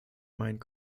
meinen